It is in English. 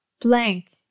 blank